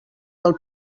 del